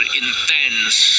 intense